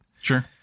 Sure